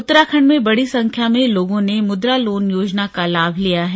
उत्तराखंड में बड़ी संख्या में लोगों मुद्रा लोन योजना का लाभ लिया है